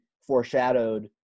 foreshadowed